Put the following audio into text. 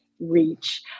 reach